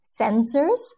sensors